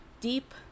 Deep